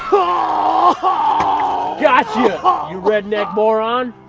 ah got you, ah you redneck moron!